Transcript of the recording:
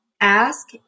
Ask